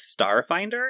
Starfinder